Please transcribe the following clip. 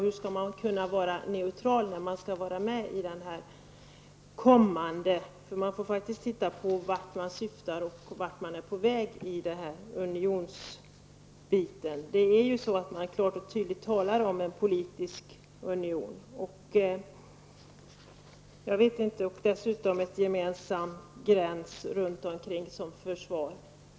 Hur skall man kunna vara med i den här unionen och samtidigt vara neutral? Man måste faktiskt vara klar över vart man syftar och vart man är på väg. Det talas ju klart och tydligt om en politisk union och dessutom en gemensam försvarsgräns.